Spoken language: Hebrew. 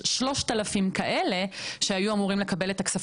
את הכספים שלהם חזרה בגלל הפסיקה בבג"צ,